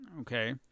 Okay